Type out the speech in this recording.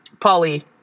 Polly